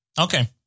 Okay